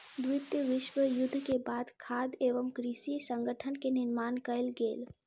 द्वितीय विश्व युद्ध के बाद खाद्य एवं कृषि संगठन के निर्माण कयल गेल